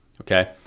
okay